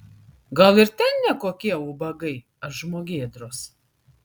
gal ir ten ne kokie ubagai ar žmogėdros